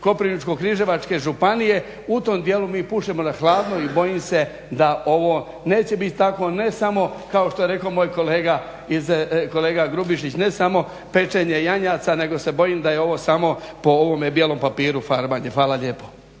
Koprivničko-križevačke županije u tom djelu mi pušemo na hladno i bojim se da ovo neće biti tako ne samo kao što je rekao moj kolega Grubišić ne samo pečenje janjaca nego se bojim da je ovo samo po ovome bijelom papiru farbanje. Hvala lijepo.